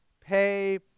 pay